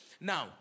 Now